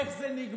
איך זה נגמר.